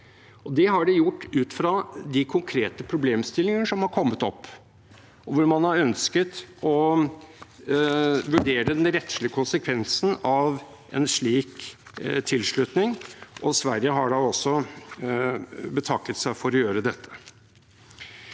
Det har de gjort ut fra de konkrete problemstillingene som har kommet opp, og hvor man har ønsket å vurdere den rettslige konsekvensen av en slik tilslutning. Sverige har da også betakket seg for å gjøre dette.